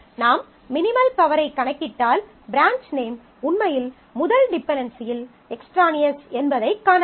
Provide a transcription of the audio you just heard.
நாம் மினிமல் கவரை கணக்கிட்டால் பிரான்ச் நேம் உண்மையில் முதல் டிபென்டென்சியில் எக்ஸ்ட்ரானியஸ் என்பதைக் காணலாம்